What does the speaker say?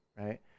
right